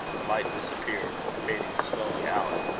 the light disappeared, fading slowly out.